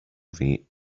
wie